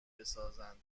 بسازند